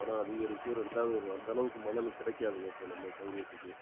பணம் அதிகரிக்கும் ரெண்டாவது உங்கள் அந்தளவுக்கு மணல் கிடைக்காதுங்க இப்போ நம்ம சௌகரியத்துக்கு